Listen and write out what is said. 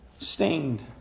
stained